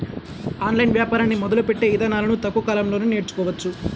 online వ్యాపారాన్ని మొదలుపెట్టే ఇదానాలను తక్కువ కాలంలోనే నేర్చుకోవచ్చు